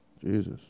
Jesus